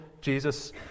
Jesus